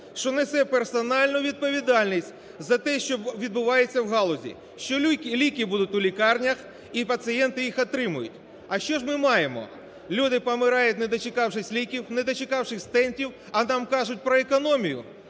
що несе персональну відповідальність за те, що відбувається в галузі, що ліки будуть у лікарнях і пацієнти їх отримають. А що ж ми маємо? Люди помирають, не дочекавшись ліків, не дочекавшись стентів, а нам кажуть про економію.